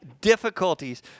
difficulties